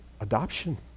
adoption